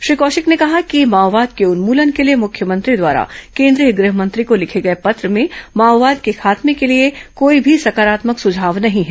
श्री कौशिक ने कहा कि माओवाद के उन्मूलन के लिए मुख्यमंत्री द्वारा केंद्रीय गृह मंत्री को लिखे गए पत्र में माओवाद के खात्मे के लिए कोई भी सकारात्मक सुझाव नहीं है